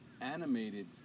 animated